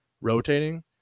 rotating